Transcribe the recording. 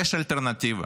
יש אלטרנטיבה.